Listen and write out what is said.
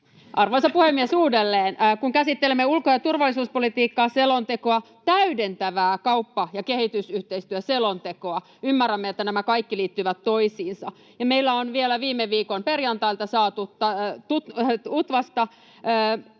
Arvoisa puhemies! Uudelleen. — Kun käsittelemme ulko- ja turvallisuuspolitiikan selontekoa täydentävää kauppa- ja kehitysyhteistyön selontekoa, ymmärrämme, että nämä kaikki liittyvät toisiinsa. Ja kun meille on vielä viime viikon perjantailta saatu UTVAsta erimielisiä